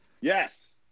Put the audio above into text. Yes